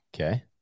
Okay